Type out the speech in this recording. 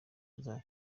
neza